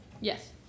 Yes